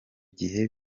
gihe